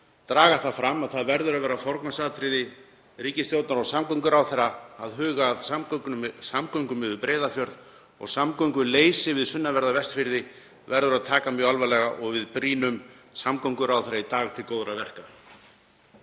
draga það fram að það verður að vera forgangsatriði ríkisstjórnar og samgönguráðherra að huga að samgöngum yfir Breiðafjörð. Samgönguleysi við sunnanverða Vestfirði verður að taka mjög alvarlega og við brýnum samgönguráðherra í dag til góðra verka.